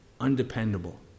undependable